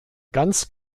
ganz